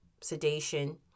sedation